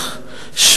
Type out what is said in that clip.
בצער של המשפחה,